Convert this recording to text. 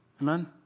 Amen